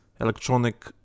Electronic